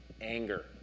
anger